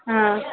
ആ